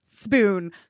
spoon